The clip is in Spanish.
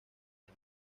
del